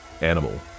animal